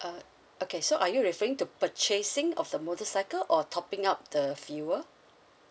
uh okay so are you referring to purchasing of the motorcycle or topping up the fuel